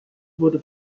wurde